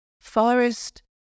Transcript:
forest